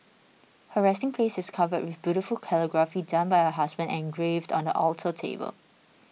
her resting place is covered with beautiful calligraphy done by her husband and engraved on the alter table